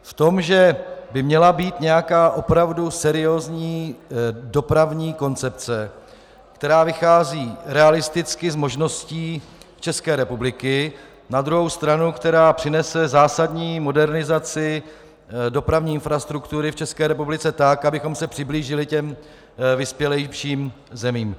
V tom, že by měla být nějaká opravdu seriózní dopravní koncepce, která vychází realisticky z možností České republiky, která na druhou stranu přinese zásadní modernizaci dopravní infrastruktury v České republice tak, abychom se přiblížili vyspělejším zemím.